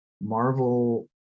Marvel